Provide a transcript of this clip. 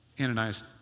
Ananias